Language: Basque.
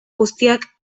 guztiak